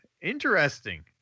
Interesting